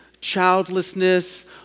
childlessness